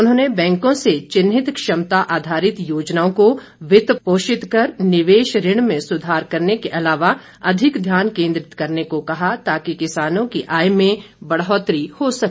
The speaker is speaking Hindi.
उन्होंने बैंकों से चिन्हित क्षमता आधारित योजनाओं को वित्त पोषित कर निवेश ऋण में सुधार करने के अलावा अधिक ध्यान केन्द्रित करने को कहा ताकि किसानों की आय में बढौतरी हो सके